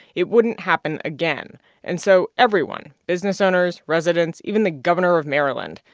it wouldn't happen again and so everyone businessowners, residents, even the governor of maryland,